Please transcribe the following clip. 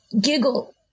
giggle